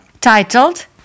titled